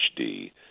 HD